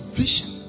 vision